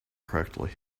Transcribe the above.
correctly